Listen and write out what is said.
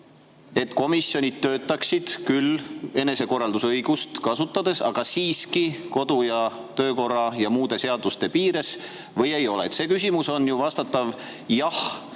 et komisjonid töötaksid küll enesekorraldusõigust kasutades, aga siiski kodu- ja töökorra ja muude seaduste piires, või ei ole. See küsimus on ju vastatav jah-